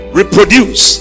reproduce